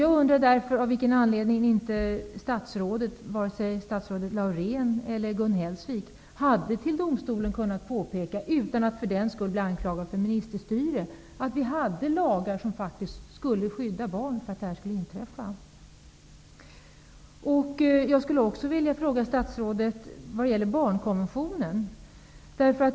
Jag undrar därför av vilken anledning inte vare sig statsrådet Laurén eller Gun Hellsvik kunde påpeka för domstolen -- utan att för den skull bli anklagade för ministerstyre -- att det fanns lagar som var till för att skydda barn från det här som har inträffat. Jag skulle också vilja ställa en fråga till statsrådet om barnkonventionen.